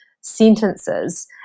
sentences